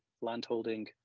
landholding